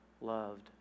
loved